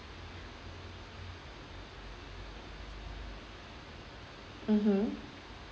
mmhmm